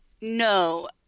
no